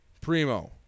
Primo